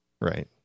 Right